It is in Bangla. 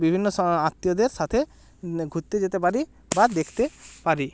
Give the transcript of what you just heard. বিভিন্ন আত্মীয়দের সাথে ঘুরতে যেতে পারি বা দেখতে পারি